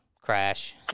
crash